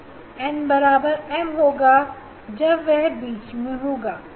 n बराबर m n बराबर m होगा जब वह बीच में होगा